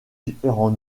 différents